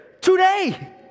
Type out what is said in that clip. today